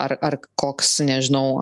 ar ar koks nežinau